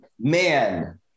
Man